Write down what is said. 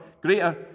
greater